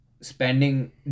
spending